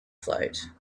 float